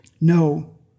No